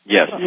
Yes